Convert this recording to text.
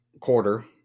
quarter